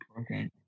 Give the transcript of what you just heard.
okay